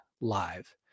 live